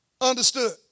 Understood